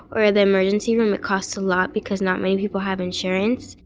or the emergency room, it costs a lot, because not many people have insurance.